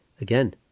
again